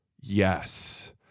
Yes